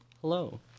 Hello